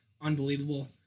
Unbelievable